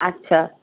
আচ্ছা